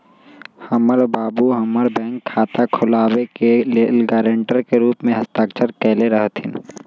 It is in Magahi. हमर बाबू हमर बैंक खता खुलाबे के लेल गरांटर के रूप में हस्ताक्षर कयले रहथिन